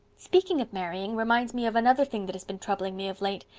speaking of marrying, reminds me of another thing that has been troubling me of late,